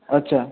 আচ্ছা